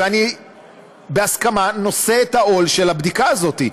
ואני בהסכמה נושא בעול של הבדיקה הזאת.